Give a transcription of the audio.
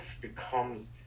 becomes